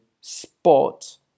spot